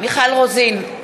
מיכל רוזין,